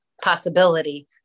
possibility